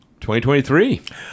2023